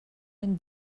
ein